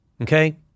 Okay